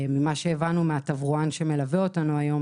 ממה שהבנו מהתברואן שמלווה אותנו היום,